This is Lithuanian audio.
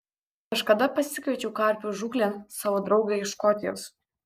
kažkada pasikviečiau karpių žūklėn savo draugą iš škotijos